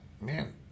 man